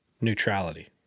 neutrality